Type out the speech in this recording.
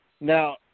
Now